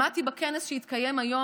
שמעתי בכנס שהתקיים היום,